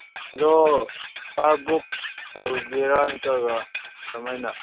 ꯑꯗꯣ car book ꯇꯧꯒꯦꯔꯥ ꯅꯠꯇ꯭ꯔꯒ ꯀꯔꯝ ꯍꯥꯏꯅ